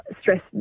stress